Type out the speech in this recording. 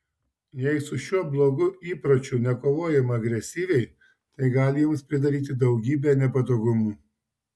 jei su šiuo blogu įpročiu nekovojama agresyviai tai gali jums pridaryti daugybę nepatogumų